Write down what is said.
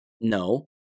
No